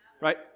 right